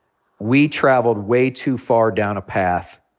we traveled way too far down a path,